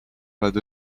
oled